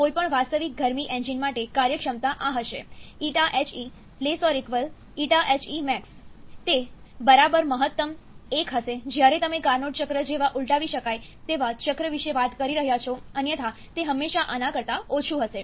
કોઈપણ વાસ્તવિક ગરમી એન્જિન માટે કાર્યક્ષમતા આ હશે ƞHE ƞHEmax તે મહત્તમ 1 હશે જ્યારે તમે કાર્નોટ ચક્ર જેવા ઉલટાવી શકાય તેવા ચક્ર વિશે વાત કરી રહ્યા છો અન્યથા તે હંમેશા આના કરતા ઓછું હશે